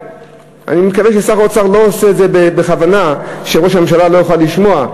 אני מקווה ששר האוצר לא עושה את זה בכוונה שראש הממשלה לא יוכל לשמוע.